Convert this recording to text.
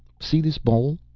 see this bowl?